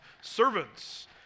servants